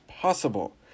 possible